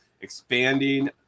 expanding